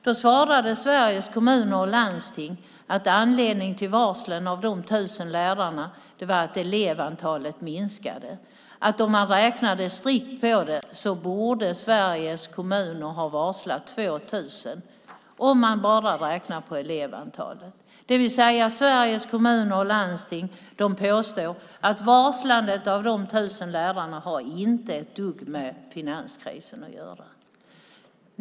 Då svarade Sveriges Kommuner och Landsting att anledningen till varslen av de tusen lärarna var att elevantalet minskade och att om man räknade strikt på det borde Sveriges kommuner ha varslat 2 000, om man bara räknar på elevantalet. Det vill säga att Sveriges Kommuner och Landsting påstår att varslandet av de tusen lärarna inte har ett dugg med finanskrisen att göra.